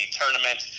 tournament